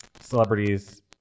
celebrities